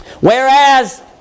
Whereas